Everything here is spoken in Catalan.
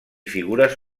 figures